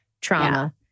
trauma